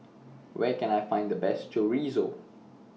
Where Can I Find The Best Chorizo